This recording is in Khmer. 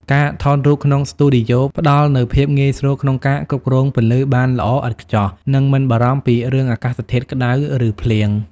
ការថតរូបក្នុងស្ទូឌីយ៉ូផ្ដល់នូវភាពងាយស្រួលក្នុងការគ្រប់គ្រងពន្លឺបានល្អឥតខ្ចោះ និងមិនបារម្ភពីរឿងអាកាសធាតុក្ដៅ ឬភ្លៀង។